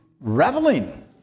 reveling